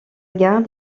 gare